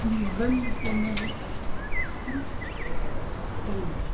ಬಂದು ಬಿಡ್ತೀವಿ ನೋಡಿರಿ